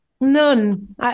None